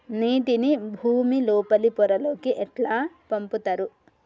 నీటిని భుమి లోపలి పొరలలోకి ఎట్లా పంపుతరు?